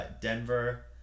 Denver